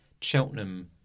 Cheltenham